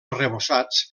arrebossats